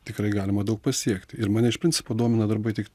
tikrai galima daug pasiekti ir mane iš principo domina darbai tik